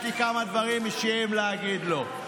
יש לי כמה דברים אישיים להגיד לו.